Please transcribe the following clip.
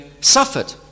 suffered